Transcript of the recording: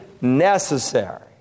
necessary